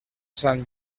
sant